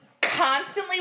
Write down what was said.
constantly